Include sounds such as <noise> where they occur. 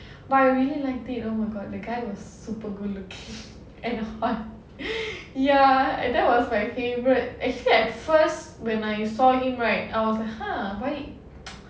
but I really liked it oh my god the guy was super good looking <laughs> and hot ya and that was my favourite actually at first when I saw him right I was like !huh! why <noise>